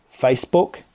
Facebook